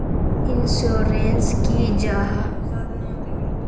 Insurance की जाहा?